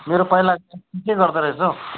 मेरो पहिला के गर्दै रहेछ हौ